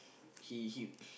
he he